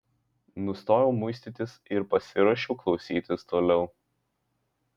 nustojau muistytis ir pasiruošiau klausytis toliau